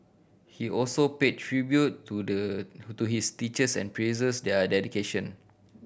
he also paid tribute to the who to his teachers and praised their dedication